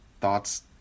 thoughts